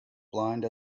blind